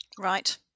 Right